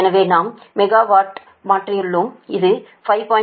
எனவே நாம் மெகாவாடாக மாற்றியுள்ளோம் இது 5